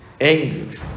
anger